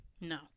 No